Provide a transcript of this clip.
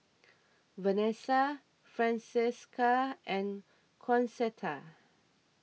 Venessa Francesca and Concetta